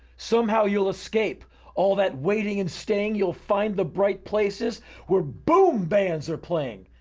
somehow you'll escape all that waiting and staying you'll find the bright places where boom bands are playing.